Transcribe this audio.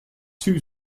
two